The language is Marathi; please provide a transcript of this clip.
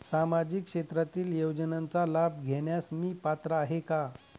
सामाजिक क्षेत्रातील योजनांचा लाभ घेण्यास मी पात्र आहे का?